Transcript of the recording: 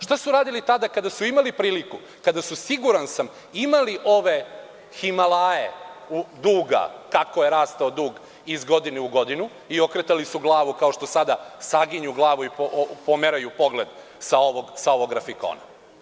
Šta su uradili tada kada su imali priliku, kada su, siguran sam, imali ove Himalaje duga, kako je rastao dug iz godine u godinu i okretali su glavu, kao što sada saginju glavu i pomeraju pogled sa ovog grafikona?